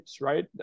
right